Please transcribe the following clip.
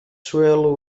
swirl